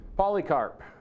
Polycarp